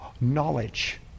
knowledge